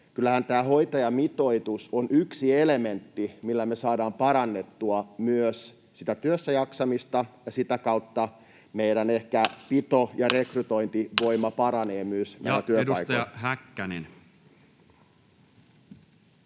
kyllähän tämä hoitajamitoitus on yksi elementti, millä me saadaan parannettua myös sitä työssäjaksamista, ja sitä kautta ehkä meidän pito- ja rekrytointivoima paranee myös näillä työpaikoilla. [Speech